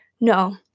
No